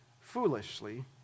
foolishly